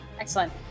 Excellent